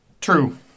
True